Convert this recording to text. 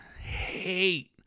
hate